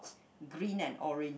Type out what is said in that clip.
green and orange